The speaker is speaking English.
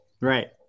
Right